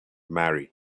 marry